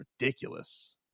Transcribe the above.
ridiculous